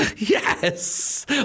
Yes